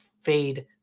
fade